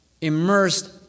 immersed